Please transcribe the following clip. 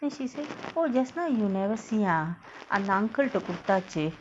then she say oh just now you never see ah அந்த:andtha uncle ட குடுத்தாச்சி:ta kuduthachi